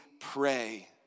pray